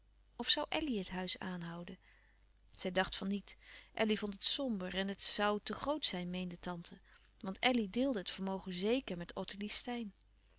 of zoû elly het huis aanhouden zij dacht van niet elly vond het somber en het zoû te groot zijn meende tante want elly deelde het vermogen zeker met ottilie steyn